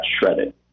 shredded